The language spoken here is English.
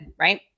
right